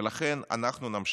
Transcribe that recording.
ולכן אנחנו נמשיך.